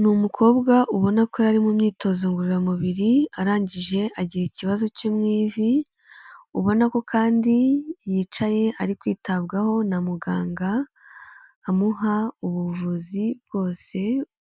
Ni umukobwa ubona ko yari mu myitozo ngororamubiri, arangije agira ikibazo cyo mu ivi, ubona ko kandi yicaye ari kwitabwaho na muganga, amuha ubuvuzi bwose